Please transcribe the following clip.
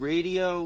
radio